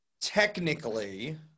technically